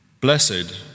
Blessed